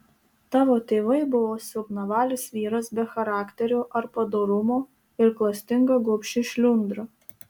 tavo tėvai buvo silpnavalis vyras be charakterio ar padorumo ir klastinga gobši šliundra